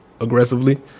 aggressively